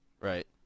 Right